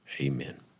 Amen